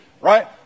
right